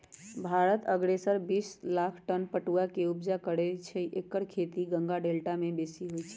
भारत असगरे बिस लाख टन पटुआ के ऊपजा करै छै एकर खेती गंगा डेल्टा में बेशी होइ छइ